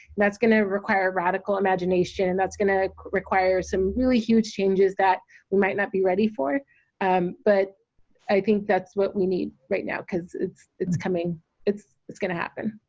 that's gonna require a radical imagination and that's gonna require some really huge changes that we might not be ready for um but i think that's what we need right now because it's it's coming it's it's gonna happen.